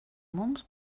mums